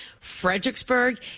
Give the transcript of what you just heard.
Fredericksburg